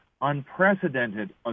unprecedented